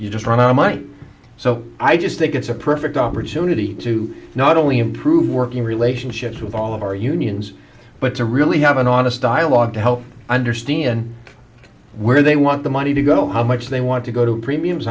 there's just run out of money so i just think it's a perfect opportunity to not only improve working relationships with all of our unions but to really have an honest dialogue to help understand where they want the money to go how much they want to go to premiums